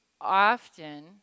often